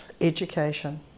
education